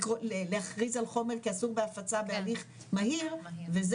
להכריז על חומר כאסור בהפצה בהליך מהיר וזה